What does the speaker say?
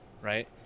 right